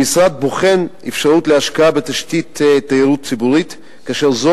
המשרד בוחן אפשרות להשקעה בתשתית תיירות ציבורית כאשר זו